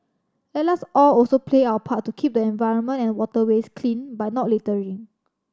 let us all also play our part to keep the environment and waterways clean by not littering